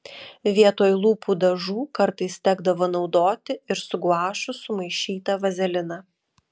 vietoj lūpų dažų kartais tekdavo naudoti ir su guašu sumaišytą vazeliną